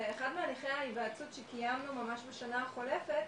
ואחד מתהליכי ההיוועצות שקיימנו ממש בשנה החולפת